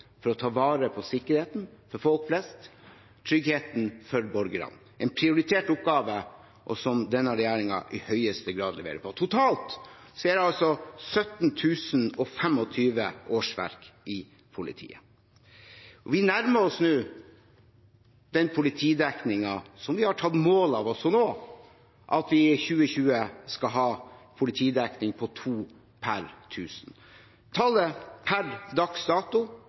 for å ta vare på sikkerheten til folk flest og tryggheten for borgerne – en prioritert oppgave, som denne regjeringen i høyeste grad leverer på. Totalt er det 17 025 årsverk i politiet. Vi nærmer oss nå den politidekningen som vi har tatt mål av oss å nå, at vi i 2020 skal ha en politidekning på 2 per 1 000. Tallet per dags dato